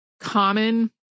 common